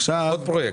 פחות פרויקטים.